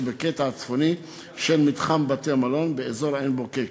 בקטע הצפוני של מתחם בתי-המלון באזור עין-בוקק,